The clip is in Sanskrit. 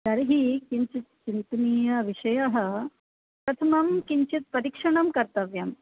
तर्हि किञ्चित् चिन्तनीयविषयः प्रथमं किञ्चित् परीक्षणं कर्तव्यं